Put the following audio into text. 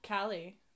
Callie